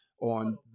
on